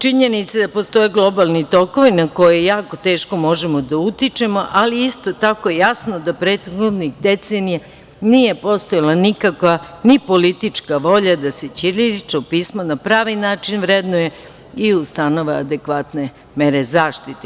Činjenica je da postoje globalni tokovi na koje jako teško možemo da utičemo, ali isto tako je jasno da prethodnih decenija nije postojala nikakva ni politička volja da se ćirilično pismo na pravi način vrednuje i ustanove adekvatne mere zaštite.